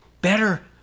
Better